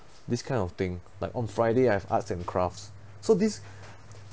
this kind of thing like on friday I have arts and crafts so these